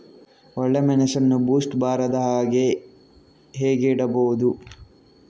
ಒಳ್ಳೆಮೆಣಸನ್ನು ಬೂಸ್ಟ್ ಬರ್ದಹಾಗೆ ಹೇಗೆ ಇಡಬಹುದು?